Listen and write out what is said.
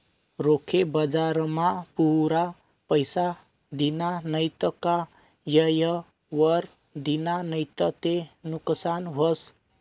रोखे बजारमा पुरा पैसा दिना नैत का येयवर दिना नैत ते नुकसान व्हस